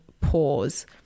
pause